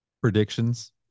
predictions